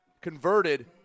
converted